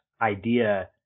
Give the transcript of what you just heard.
idea